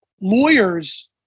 lawyers